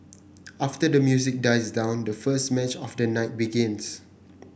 after the music dies down the first match of the night begins